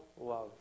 love